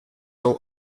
all